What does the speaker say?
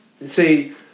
see